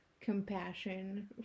compassion